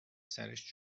سرش